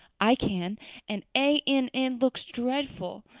i can and a n n looks dreadful,